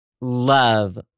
love